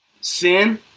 sin